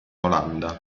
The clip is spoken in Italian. olanda